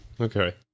Okay